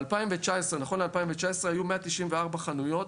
נכון ל-2019, היו 194 חנויות,